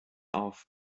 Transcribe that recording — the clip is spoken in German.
auf